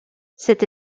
cette